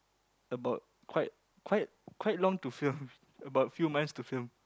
about quite quite quite long to film about few months to film